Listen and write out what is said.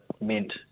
meant